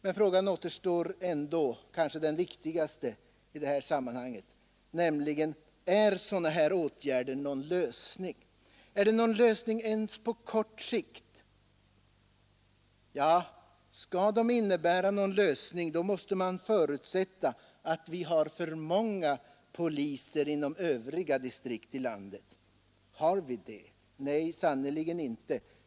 Men den kanske viktigaste frågan i sammanhanget återstår ändå, nämligen denna: Är sådana här åtgärder någon lösning ens på kort sikt? Om åtgärderna skall innebära någon lösning måste man förutsätta att vi har för många poliser inom Övriga distrikt här i landet. Har vi det? Nej, sannerligen inte!